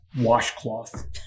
washcloth